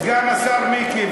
סגן השר מיקי,